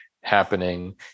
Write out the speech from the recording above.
happening